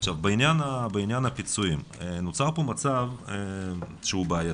בעניין הפיצויים, נוצר פה מצב שהוא בעייתי.